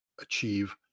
achieve